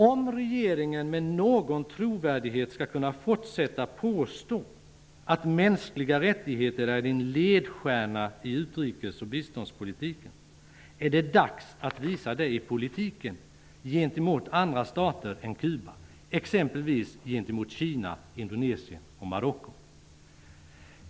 Om regeringen med någon trovärdighet skall kunna fortsätta att påstå att mänskliga rättigheter är en ledstjärna i utrikes och biståndspolitiken är det dags att visa det i politiken gentemot andra stater än Kuba, exempelvis Kina, Indonesien och Marocko.